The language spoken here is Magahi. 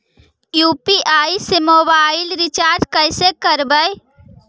यु.पी.आई से मोबाईल रिचार्ज कैसे करबइ?